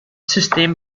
system